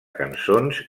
cançons